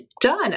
done